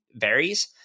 varies